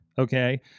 Okay